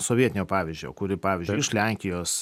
sovietinio pavyzdžio kuri pavyzdžiui iš lenkijos